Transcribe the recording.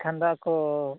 ᱮᱱᱠᱷᱟᱱ ᱫᱚ ᱟᱠᱚ